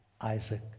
Isaac